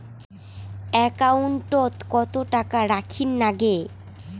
একাউন্টত কত টাকা রাখীর নাগে?